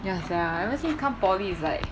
ya sia ever since come poly is like